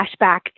flashback